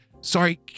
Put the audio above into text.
sorry